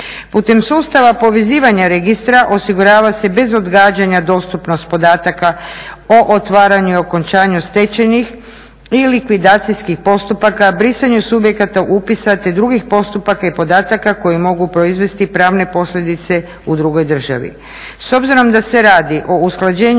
Putem sustava povezivanja registra osigurava se bez odgađanja dostupnost podataka o otvaranju i okončanju stečajnih i likvidacijskih postupaka, brisanju subjekata upisa te drugih postupaka i podataka koji mogu proizvesti pravne posljedice u drugoj državi.